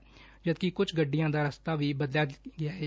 ਝਦਕਿ ਕੁਝ ਗੱਡੀਆਂ ਦਾ ਰਸਤਾ ਵੀ ਬਦਲਿਆ ਗਿਆ ਏ